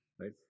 right